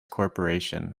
corporation